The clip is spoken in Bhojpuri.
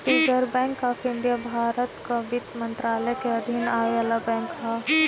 reserve bank of India Bharat कअ वित्त मंत्रालय के अधीन आवे वाला बैंक हअ